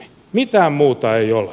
mitään muuta ei ole